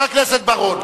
הכנסת בר-און,